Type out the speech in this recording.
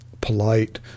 polite